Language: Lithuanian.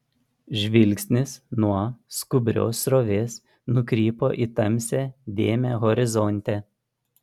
žvilgsnis nuo skubrios srovės nukrypo į tamsią dėmę horizonte